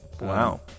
Wow